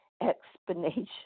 explanation